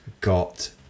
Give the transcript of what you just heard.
got